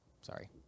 sorry